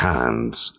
Hands